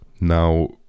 Now